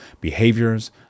behaviors